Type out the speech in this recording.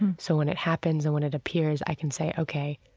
and so when it happens or when it appears, i can say, ok,